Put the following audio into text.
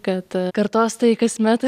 kad kartos tai kasmet